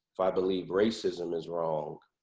if i believe racism is wrong,